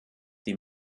die